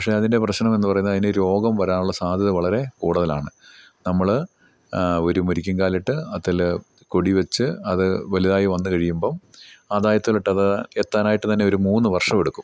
പക്ഷേ അതിൻ്റെ പ്രശ്നം എന്നു പറയുന്നത് അതിന് രോഗം വരാനുള്ള സാധ്യത വളരെ കൂടുതലാണ് നമ്മൾ ഒരു മുരിക്കും കാലിട്ട് അതിൽ കൊടി വെച്ച് അത് വലുതായി വന്നു കഴിയുമ്പം അദായത്തിലോട്ടത് എത്താനായിട്ട് തന്നെ ഒരു മൂന്നു വർഷം എടുക്കും